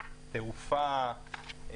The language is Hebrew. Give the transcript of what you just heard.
תעופה,